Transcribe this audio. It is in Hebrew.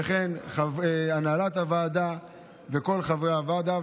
וכן הנהלת הוועדה וכל חברי הוועדה.